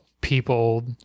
people